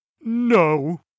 No